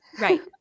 Right